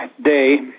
day